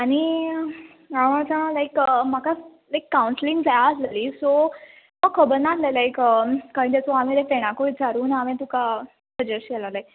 आनी हांव आतां लायक म्हाका लायक कावन्सीलींग जाय आसलोली सो म्हाका खबर नासलेले लायक कळ्ळें हांव म्हज्या फ्रेडाकूय विचारून हांवे तुका सजेश्ट केलोले